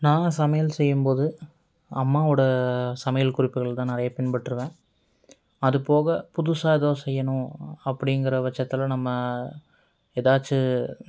நாங்கள் சமையல் செய்யும்போது அம்மாவோடய சமையல் குறிப்புகள் தான் நிறைய பின்பற்றுவேன் அது போக புதுசாக ஏதும் செய்யணும் அப்படிங்கற பட்சத்தில் நம்ம ஏதாச்சு